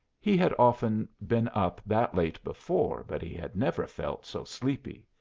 he had often been up that late before, but he had never felt so sleepy.